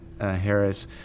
Harris